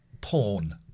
Porn